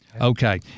Okay